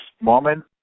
moment